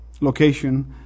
location